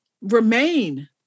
remain